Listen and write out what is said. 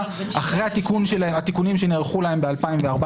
אחרי התיקונים שנערכו להם ב-2014.